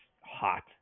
hot